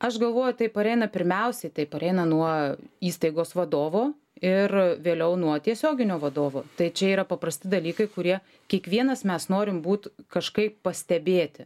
aš galvoju tai pareina pirmiausiai tai pareina nuo įstaigos vadovo ir vėliau nuo tiesioginio vadovo tai čia yra paprasti dalykai kurie kiekvienas mes norim būt kažkaip pastebėti